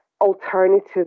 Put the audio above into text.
alternative